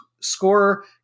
scorer